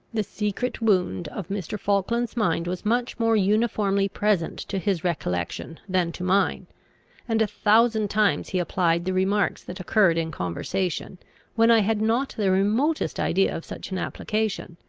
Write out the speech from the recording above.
the secret wound of mr. falkland's mind was much more uniformly present to his recollection than to mine and a thousand times he applied the remarks that occurred in conversation when i had not the remotest idea of such an application,